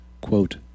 quote